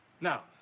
Now